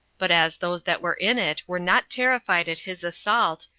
but as those that were in it were not terrified at his assault,